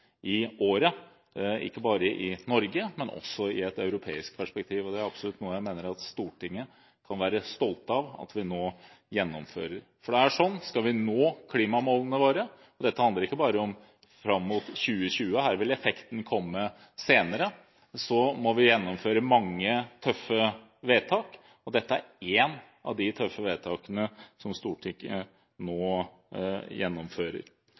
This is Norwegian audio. i året, ikke bare i Norge, men også i et europeisk perspektiv. Det er absolutt noe jeg mener at Stortinget kan være stolt av at vi nå gjennomfører. Skal vi nå klimamålene våre – og dette handler ikke bare om fram mot 2020, her vil effekten komme senere – må vi gjennomføre mange tøffe vedtak. Dette er et av de tøffe vedtakene som Stortinget nå gjennomfører.